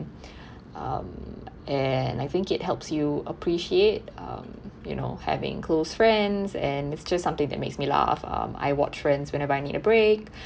um and I think it helps you appreciate um you know having close friends and it's just something that makes me laugh um I watch friends whenever I need a break